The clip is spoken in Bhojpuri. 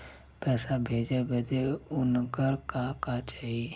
पैसा भेजे बदे उनकर का का चाही?